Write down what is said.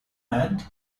and